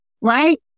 right